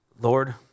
Lord